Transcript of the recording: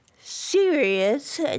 serious